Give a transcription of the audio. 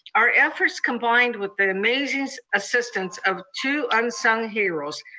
our efforts combined with the amazing assistance of two unsung heroes,